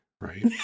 right